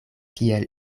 kiel